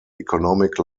economic